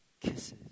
kisses